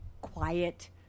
quiet